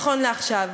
נכון לעכשיו.